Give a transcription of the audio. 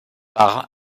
par